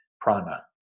prana